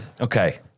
Okay